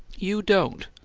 you don't?